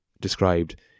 described